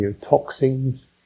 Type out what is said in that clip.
toxins